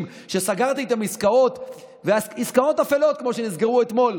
שסגרתם איתם עסקאות אפלות כמו שנסגרו אתמול,